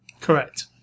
Correct